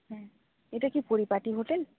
হুম এটা কি পরিপাটি হোটেল